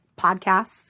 podcasts